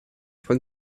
von